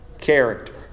character